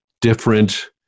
different